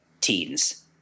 teens